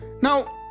now